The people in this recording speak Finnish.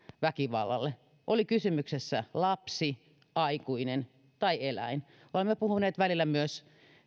väkivallalle oli kysymyksessä lapsi aikuinen tai eläin olemme puhuneet välillä myös